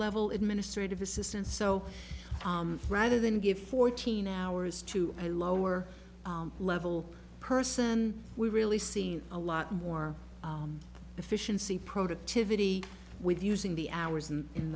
level administrative assistant so rather than give fourteen hours to a lower level person we really seen a lot more efficiency productivity with using the hours and in